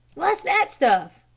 what's that stuff?